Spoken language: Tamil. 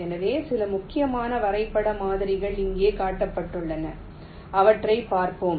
எனவே சில முக்கியமான வரைபட மாதிரிகள் இங்கே காட்டப்பட்டுள்ளன அவற்றைப் பார்ப்போம்